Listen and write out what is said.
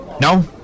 No